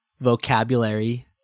vocabulary